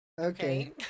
Okay